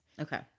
Okay